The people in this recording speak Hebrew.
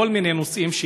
בכל מיני נושאים,